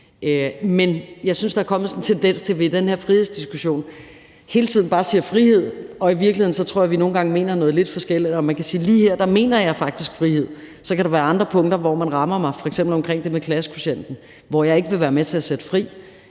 Men jeg synes, at der er kommet sådan en tendens til, at vi i den her frihedsdiskussion hele tiden bare siger frihed; og i virkeligheden tror jeg vi nogle gange mener noget lidt forskelligt. Lige her mener jeg faktisk frihed. Så kan der være andre punkter, hvor man rammer mig, f.eks. omkring det med klassekvotienten, hvor jeg ikke vil være med til at sætte fri,